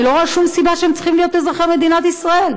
אני לא רואה שום סיבה שהם צריכים להיות אזרחי מדינת ישראל.